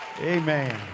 Amen